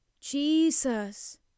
Jesus